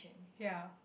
ya